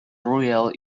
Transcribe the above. royale